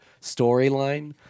storyline